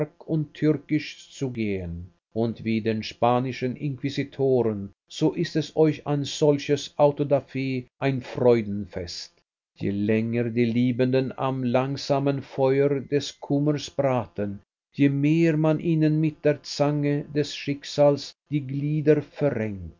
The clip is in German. und türkisch zugehen und wie den spanischen inquisitoren so ist euch ein solches autodaf ein freudenfest je länger die liebenden am langsamen feuer des kummers braten je mehr man ihnen mit der zange des schicksals die glieder verrenkt